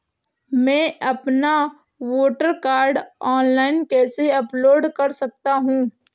मैं अपना voter card online कैसे अपलोड कर सकता हूँ?